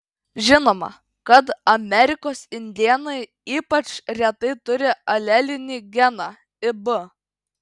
žinoma kad amerikos indėnai ypač retai turi alelinį geną ib